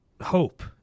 hope